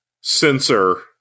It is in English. censor